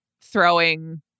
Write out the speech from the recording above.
throwing